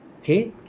Okay